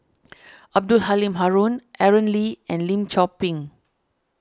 Abdul Halim Haron Aaron Lee and Lim Chor Pee